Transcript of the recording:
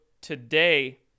Today